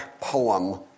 poem